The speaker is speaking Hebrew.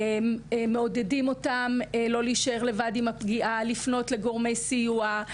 מעודדים אותם לא להישאר לבד עם הפגיעה לפנות לגורמי סיוע.